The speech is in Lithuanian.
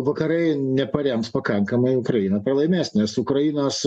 vakarai neparems pakankamai ukraina pralaimės nes ukrainos